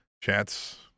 Chats